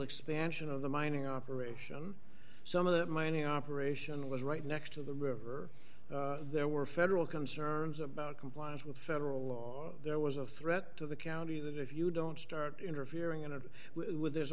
expansion of the mining operation some of the mining operation was right next to the river there were federal concerns about compliance with federal law there was a threat to the county that if you don't start interfering in it with th